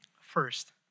First